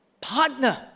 partner